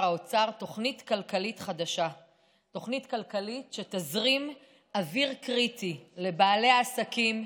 תוכנית כלכלית שתזרים אוויר קריטי לבעלי העסקים,